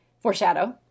foreshadow